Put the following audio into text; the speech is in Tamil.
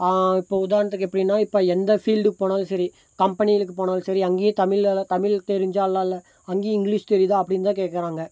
இப்போ உதாரணத்துக்கு எப்படின்னா இப்போ எந்த பீல்டுக்கு போனாலும் சரி கம்பனிகளுக்கு போனாலும் சரி அங்கேயே தமிழ் அள தமிழ் தெரிஞ்சாலும் இல்லை அங்கேயும் இங்கிலிஷ் தெரியதா அப்படின் தான் கேட்கறாங்க